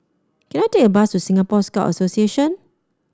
can I take a bus to Singapore Scout Association